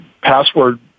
password